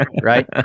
right